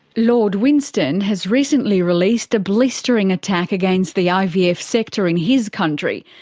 lord winston has recently released a blistering attack against the ivf sector in his country,